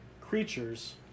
creatures